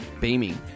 beaming